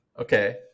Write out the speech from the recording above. Okay